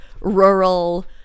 rural